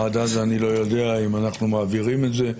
עד אז אני לא יודע אם אנחנו מעבירים את זה.